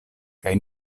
kaj